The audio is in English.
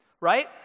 right